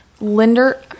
Linder